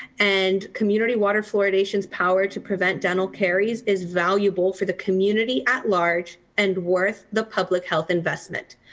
and community water fluoridation power to prevent dental caries is valuable for the community at large and worth the public health investment.